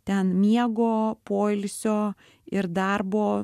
ten miego poilsio ir darbo